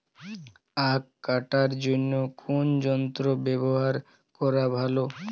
আঁখ কাটার জন্য কোন যন্ত্র ব্যাবহার করা ভালো?